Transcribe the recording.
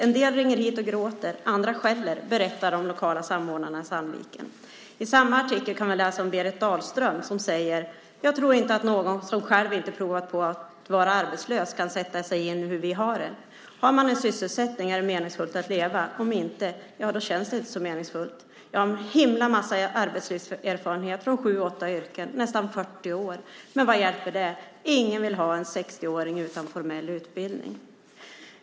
En del ringer hit och gråter, andra skäller", berättar de lokala samordnarna i Sandviken. I samma artikel kan man läsa om Berit Dahlström, som säger: "Jag tror inte att någon som själv inte provat på att vara arbetslös kan sätta sig in i hur vi har det. Har man en sysselsättning är det meningsfullt att leva. Om inte - ja, då känns det inte så meningsfullt." Berit Dahlström har yrkeserfarenhet från sju åtta yrken, nästan 40 år: "Jag har en himla massa arbetslivserfarenheter. Men vad hjälper det. Ingen vill ha en 60-årig kärring utan formell utbildning."